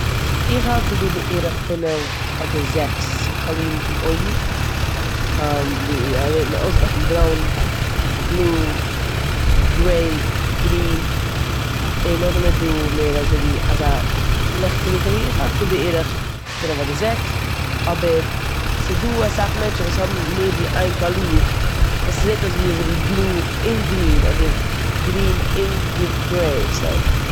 איך האלט ס'דא בערך פינף אדער זעקס קאלירן פון אויגן ווי אזויווי מ'האט אויסגערעכנט ברוין, בלוי-, גרעי, גרין, און נאכדעם איז דא מער אזויווי אזא לכטיגע קאליר. איך האלט ס'דא בערך פינף אדער זעקס, אבער ס'דא אסאך מענטשן וואס האבן מער ווי איין קאליר וואס ס'זעט אויס אזויווי בלוי און גרין, אדער גרין און גר- גרעי.